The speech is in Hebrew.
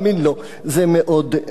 זה מאוד מרענן.